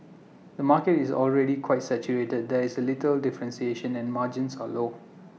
the market is already quite saturated there is A little differentiation and margins are low